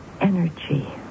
energy